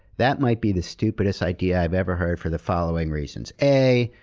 that might be the stupidest idea i've ever heard, for the following reasons. a,